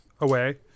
away